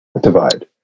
divide